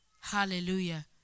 Hallelujah